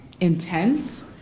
intense